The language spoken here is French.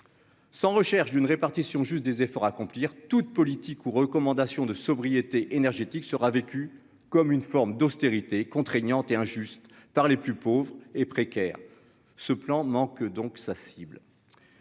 sans recherche d'une répartition juste des efforts à accomplir toute politique ou recommandations de sobriété énergétique sera vécu comme une forme d'austérité contraignante et injuste par les plus pauvres et précaires ce plan manque donc sa cible